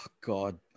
God